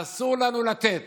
אסור לנו לתת